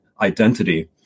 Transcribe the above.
identity